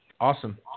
Awesome